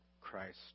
Christ